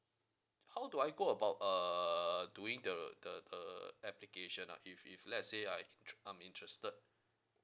how do I go about err doing the the the application ah if if let's say I intr~ I'm interested